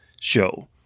show